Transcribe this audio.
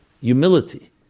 humility